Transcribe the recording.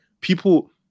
People